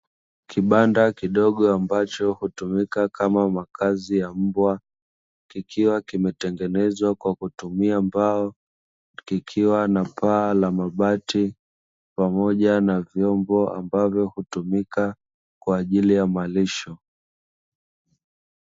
Kibanda kidogo ambacho hutumika kama makazi ya mbwa, kikiwa kimetengenezwa kwa kutumia mbao, kikiwa na paa la mabati pamoja n vyombo mbavyo hutumika kwa ajili ya malisho.